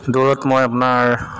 দৌৰত মই আপোনাৰ